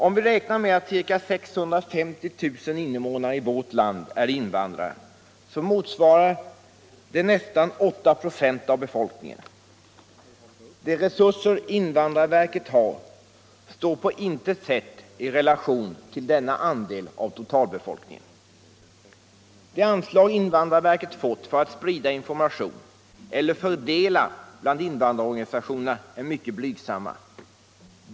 Om vi räknar med att ca 650 000 invånare i vårt land är invandrare så motsvarar det nästan 8 26 av befolkningen. De resurser invandrarverket har står på intet sätt i relation till denna andel av totalbefolkningen. De anslag invandrarverket fått för att sprida information eller fördela bland invandrarorganisationerna är mycket blygsamma.